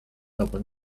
open